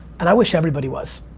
and i wish everybody was.